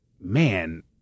man